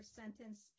sentence